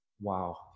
Wow